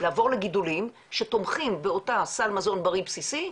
לעבור לגידולים שתומכים באותו סל מזון בריא בסיסי.